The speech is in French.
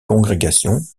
congrégation